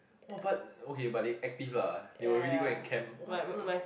!wah! but okay but they active lah they will really go and camp what the